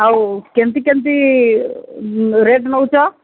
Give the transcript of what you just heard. ଆଉ କେମିତି କେମିତି ରେଟ୍ ନେଉଛ